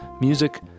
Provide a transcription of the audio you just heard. music